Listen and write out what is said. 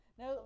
no